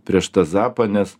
prieš tą zapą nes